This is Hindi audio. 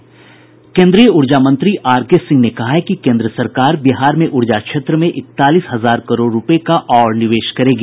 केन्द्रीय ऊर्जा मंत्री आरके सिंह ने कहा है कि केन्द्र सरकार बिहार में ऊर्जा क्षेत्र में इकतालीस हजार करोड़ रुपये का और निवेश करेगी